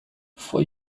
for